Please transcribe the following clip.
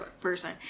person